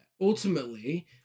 Ultimately